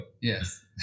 Yes